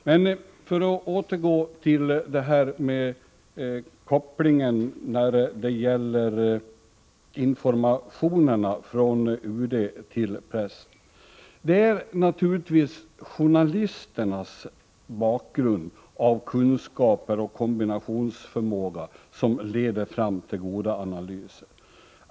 Men — för att återgå till kopplingen när det gäller informationerna från UD till pressen — det är naturligtvis journalisternas bakgrund av kunskaper och kombinationsförmåga som leder fram till goda analyser.